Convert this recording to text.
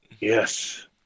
Yes